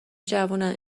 جوونن